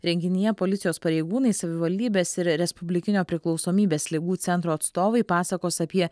renginyje policijos pareigūnai savivaldybės ir respublikinio priklausomybės ligų centro atstovai pasakos apie